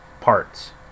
parts